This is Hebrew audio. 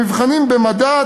במבחנים במדע,